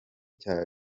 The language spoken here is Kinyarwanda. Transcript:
cya